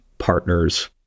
Partners